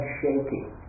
shaking